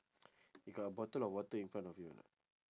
you got a bottle of water in front of you or not